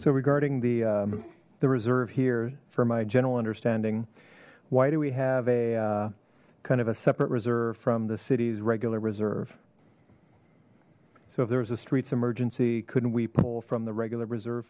so regarding the the reserved here for my general understanding why do we have a kind of a separate reserve from the city's regular reserve so if there was a streets emergency couldn't we pull from the regular reserve